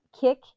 kick